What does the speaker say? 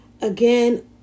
again